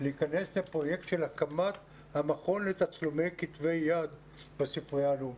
להיכנס לפרויקט של הקמת המכון לתצלומי כתבי יד בספרייה הלאומית'.